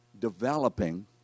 developing